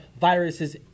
viruses